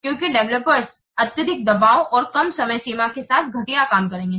क्योंकि डेवलपर्स अत्यधिक दबाव और कम समय सीमा के साथ घटिया काम करेंगे